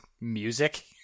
music